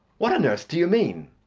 what on earth do you mean?